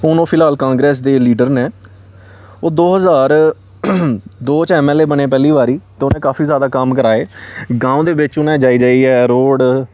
हून ओह् फिलहाल कांग्रेस दे लीडर न ओह् दो ज्हार दो च ऐम एल ए बने पैह्ली बारी ते उ'नें काफी जादा कम्म कराए गांव दे बिच्च उ'नें जाई जाइयै रोड़